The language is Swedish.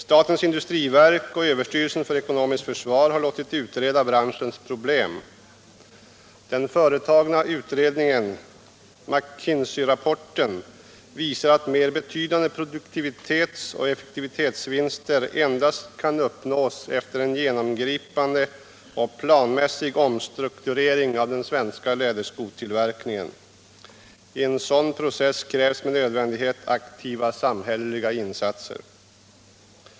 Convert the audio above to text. Statens industriverk och överstyrelsen för ekonomiskt försvar har låtit utreda branschens problem. Den företagna utredningen, McKinseyrapporten, visar att mer betydande produktivitetsoch effektivitetsvinster endast kan uppnås efter en genomgripande och planmässig omstrukturering av den svenska läderskotillverkningen. I en sådan process krävs med nödvändighet aktiva samhälleliga insatser.